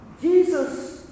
Jesus